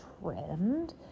trend